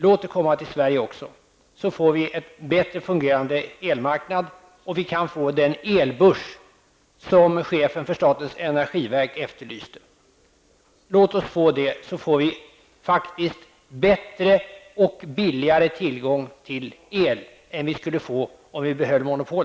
Låt det också komma till Sverige, så vi får en bättre fungerande elmarknad, och vi kan få den elbörs som chefen för statens energiverk har efterlyst. Låt oss få detta, så får vi bättre och billigare tillgång till el än vi skulle få om monopolen behålls.